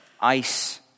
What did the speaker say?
ice